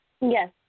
Yes